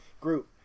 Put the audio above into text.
group